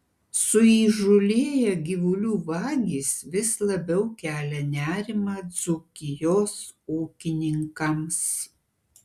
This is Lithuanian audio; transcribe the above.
suįžūlėję gyvulių vagys vis labiau kelia nerimą dzūkijos ūkininkams